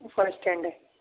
first hand ہے